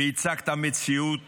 והצגת מציאות